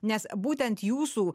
nes būtent jūsų